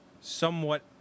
somewhat